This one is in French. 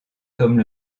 comme